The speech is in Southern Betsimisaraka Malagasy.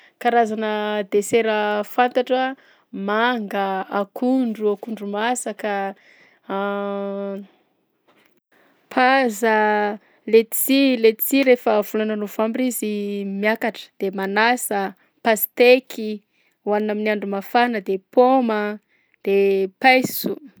Karazana desera fantatro a: manga, akondro akondro masaka, paza, letchi letchi rehefa volana novambra izy miakatra, de manasa, pasiteky hoanina amin'ny andro mafana, de paoma, de paiso.